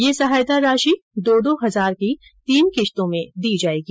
यह सहायता राशि दो दो हजार की तीन किश्तों में दी जायेगी